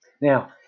Now